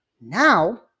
Now